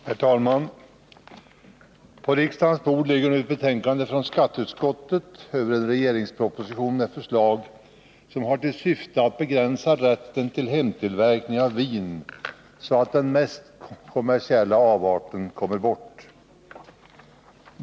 Herr talman! På riksdagens bord ligger nu ett betänkande från skatteutskottet över en regeringsproposition med förslag som har till syfte att begränsa rätten till hemtillverkning av vin så att den mest kommersiella avarten kommer bort.